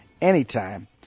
anytime